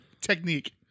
technique